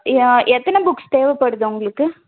எ எத்தனை புக்ஸ் தேவைப்படுது உங்களுக்கு